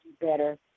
better